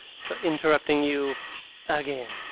for interrupting you again,